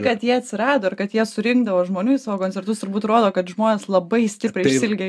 kad jie atsirado ir kad jie surinkdavo žmonių į savo koncertus turbūt rodo kad žmonės labai stipriai išsiilgę